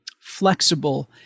flexible